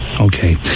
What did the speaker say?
okay